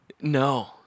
No